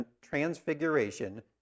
transfiguration